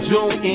June